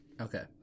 Okay